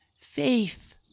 faith